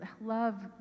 love